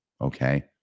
okay